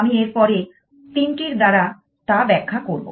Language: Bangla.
আমি এর পরে ৩ টির দ্বারা তা ব্যাখ্যা করব